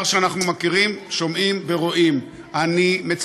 היא בטלפון?